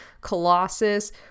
Colossus